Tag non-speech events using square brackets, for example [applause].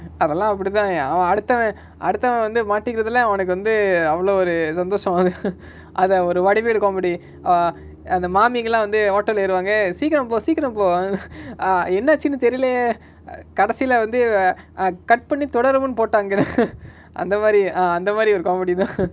அதலா அப்டிதாயா அவ அடுத்தவ அடுத்தவ வந்து மாட்டிகுரதுல அவனுக்கு வந்து அவளோ ஒரு சந்தொசோ அது:athala apdithaya ava aduthava aduthava vanthu maatikurathula avanuku vanthu avalo oru santhoso athu [noise] அத ஒரு:atha oru vadivel comedy ah அந்த மாமிகளா வந்து:antha maamikala vanthu okto lah ஏறுவாங்க சீகிரோ போ சீகிரோ போ:yeruvaanga seekiro po seekiro po ah [noise] ah என்னாச்சுனு தெரிலயே:ennachunu therilaye ah கடைசில வந்து:kadaisila vanthu ah cut பன்னி தொடரும்னு போட்டாங்கட:panni thodarumnu pottangada [noise] அந்தமாரி:anthamari ah அந்தமாரி ஒரு:anthamari oru comedy தா:tha [noise]